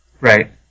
right